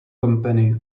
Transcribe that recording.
company